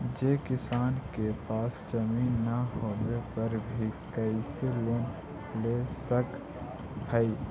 जे किसान के पास जमीन न होवे पर भी कैसे लोन ले सक हइ?